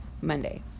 Monday